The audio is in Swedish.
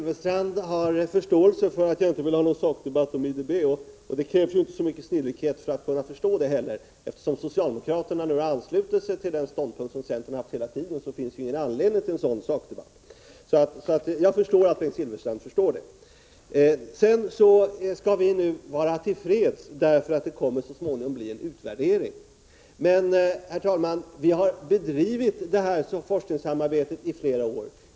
Herr talman! Bengt Silfverstrand har förståelse för att jag inte vill ha någon sakdebatt om IDB. Det krävs inte så mycket snillrikhet för att förstå det heller, eftersom socialdemokraterna nu ansluter sig till den ståndpunkt som vi i centern hela tiden haft. Därför finns det ingen anledning till en sådan sakdebatt. Så jag förstår att Bengt Silfverstrand förstår det. Nu skall vi alltså vara till freds med att det så småningom kommer att göras en utvärdering. Men, herr talman, vi har bedrivit forskningssamarbete i flera år.